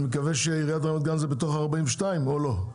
אני מקווה שעיריית רמת גן זה בתוך 42 או לא?